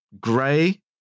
gray